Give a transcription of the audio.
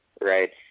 Right